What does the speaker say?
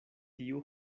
tiu